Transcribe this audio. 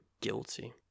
guilty